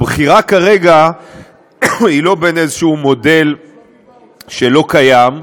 הבחירה כרגע היא לא בין איזה מודל שלא קיים,